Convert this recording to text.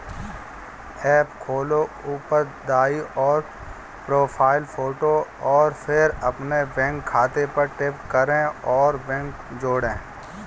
app खोलो, ऊपर दाईं ओर, प्रोफ़ाइल फ़ोटो और फिर अपने बैंक खाते पर टैप करें और बैंक जोड़ें